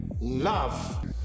love